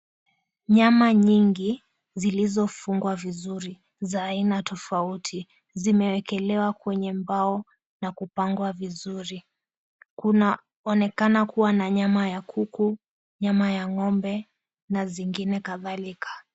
Nyama nyingi zilizofungwa vizuri za aina tofauti zimeekelewa kwenye mbao na kupangwa vizuri, kunaonekana kuwa na nyama ya kuku, nyama ya ng'ombe, na zingine kadhalika.